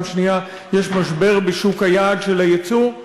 שנייה יש משבר בשוק היעד של היצוא,